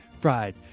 Fried